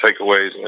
takeaways